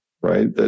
right